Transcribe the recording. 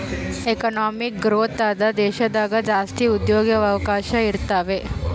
economic growth ಆದ ದೇಶದಾಗ ಜಾಸ್ತಿ ಉದ್ಯೋಗವಕಾಶ ಇರುತಾವೆ